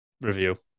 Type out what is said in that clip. review